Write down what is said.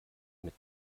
mit